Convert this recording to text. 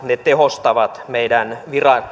ne tehostavat meidän